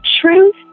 truth